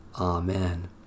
Amen